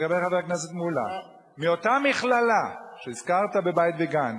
לגבי חבר הכנסת מולה: על אותה מכללה שהזכרת בבית-וגן,